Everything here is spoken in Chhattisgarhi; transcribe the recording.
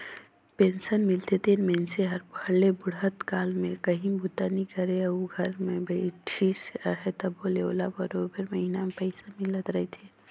पेंसन मिलथे तेन मइनसे हर भले बुढ़त काल में काहीं बूता नी करे अउ घरे बइठिस अहे तबो ले ओला बरोबेर महिना में पइसा मिलत रहथे